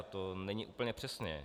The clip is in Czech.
To není úplně přesně.